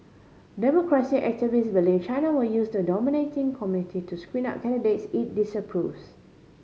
democracy activists believe China will use the nominating committee to screen out candidates it disapproves